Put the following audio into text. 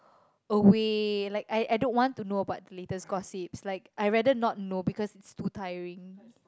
away like I I don't want to know about the latest gossips like I rather not know because it's too tiring